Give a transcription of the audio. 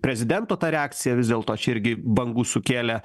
prezidento ta reakcija vis dėlto čia irgi bangų sukėlė